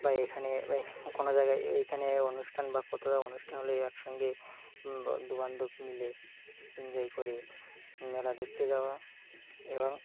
বা এখানে কোনো জায়গায় এইখানে অনুষ্ঠান বা কতাা অনুষ্ঠান হলে একসঙ্গে দুু বান্ধব মিলে এনজয় করে মেলা দেখতে যাওয়া এবং